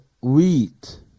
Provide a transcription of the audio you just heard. wheat